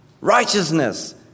Righteousness